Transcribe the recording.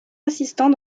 assistant